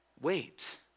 wait